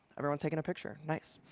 everyone taking a picture nice.